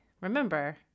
Remember